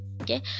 okay